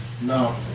No